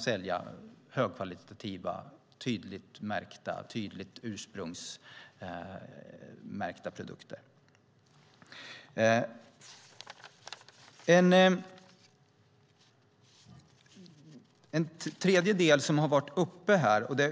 sälja högkvalitativa, tydligt ursprungsmärkta produkter. En tredje del har också varit uppe.